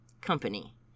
Company